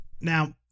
now